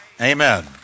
Amen